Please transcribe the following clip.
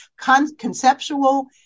conceptual